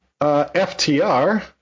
FTR